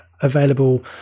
available